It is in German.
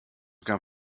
gab